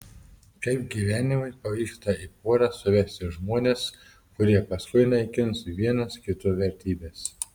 kaip gyvenimui pavyksta į porą suvesti žmones kurie paskui naikins vienas kito vertybes